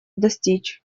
достичь